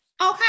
Okay